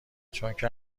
چونکه